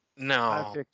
No